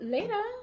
Later